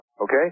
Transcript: okay